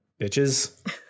Bitches